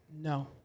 no